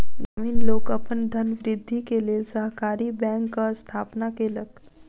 ग्रामीण लोक अपन धनवृद्धि के लेल सहकारी बैंकक स्थापना केलक